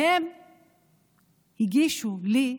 אור ירוק.